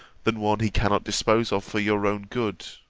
than one he cannot dispose of for your own good